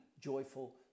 joyful